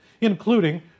including